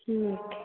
ठीक हइ